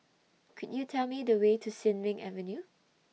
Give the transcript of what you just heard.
Could YOU Tell Me The Way to Sin Ming Avenue